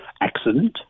accident